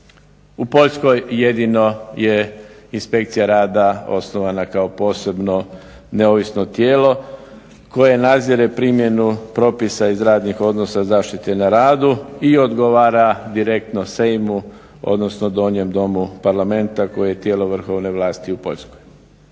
U Poljskoj jedino je inspekcija rada osnovana kao posebno neovisno tijelo koje nadzire primjenu propisa iz radnih odnosa, zaštite na radu i odgovara direktno Sejmu odnosno donjem domu parlamenta koji je tijelo vrhovne vlasti u Poljskoj.